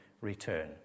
return